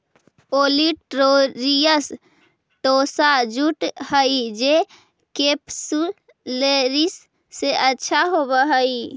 olitorius tossa jute हई जे capsularis से अच्छा होवऽ हई